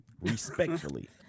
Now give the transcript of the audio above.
respectfully